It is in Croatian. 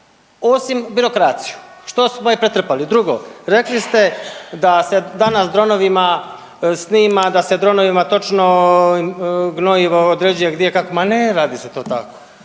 osim birokraciju što smo je pretrpali. Drugo, rekli ste da se danas dronovima snima, da se dronovima točno gnojivo određuje gdje, kako. Ma ne radi se to tako,